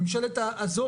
הממשלה הזאת,